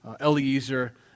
Eliezer